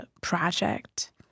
project